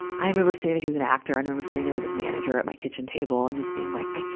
i remember sitting he was an actor i remember sitting there with his manager at my kitchen table and just being like, i